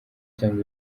cyangwa